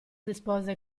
rispose